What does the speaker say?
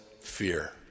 fear